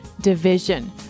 division